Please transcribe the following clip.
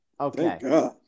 Okay